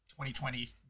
2020